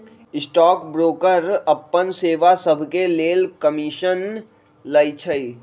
stock broker अप्पन सेवा सभके लेल कमीशन लइछइ